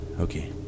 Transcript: Okay